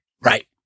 right